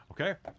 Okay